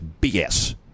bs